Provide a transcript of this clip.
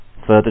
further